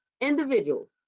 individuals